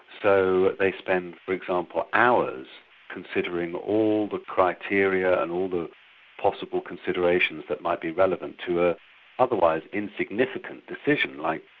so they spend, for example, hours considering all the criteria and all the possible considerations that might be relevant to an ah otherwise insignificant decision like,